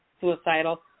suicidal